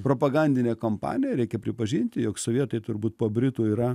propagandinė kampanija ir reikia pripažinti jog sovietai turbūt po britų yra